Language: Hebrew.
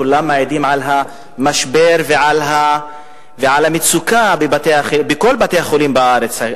כולן מעידות על המשבר ועל המצוקה בכל בתי-החולים בארץ.